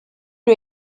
lui